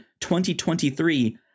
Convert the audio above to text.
2023